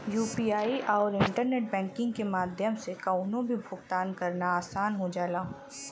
UPI आउर internet banking के माध्यम से कउनो भी भुगतान करना आसान हो जाला